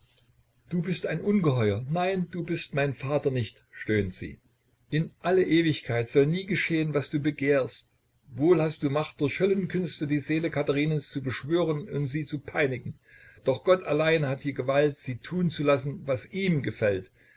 du bist ein ungeheuer nein du bist mein vater nicht stöhnt sie in alle ewigkeit soll nie geschehen was du begehrst wohl hast du macht durch höllenkünste die seele katherinens zu beschwören und sie zu peinigen doch gott allein hat die gewalt sie tun zu lassen was ihm gefällt